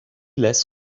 less